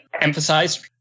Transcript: emphasize